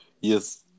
Yes